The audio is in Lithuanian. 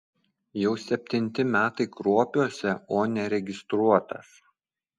jau septinti metai kruopiuose o neregistruotas